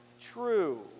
true